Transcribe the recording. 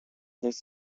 this